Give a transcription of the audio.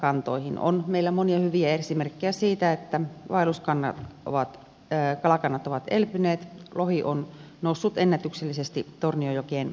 meillä on monia hyviä esimerkkejä siitä että vaelluskalakannat ovat elpyneet lohi on noussut ennätyksellisesti torniojokeen viime kesinä